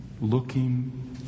looking